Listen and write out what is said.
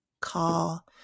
call